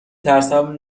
ترسم